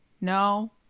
No